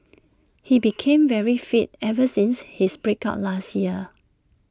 he became very fit ever since his break up last year